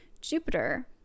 Jupiter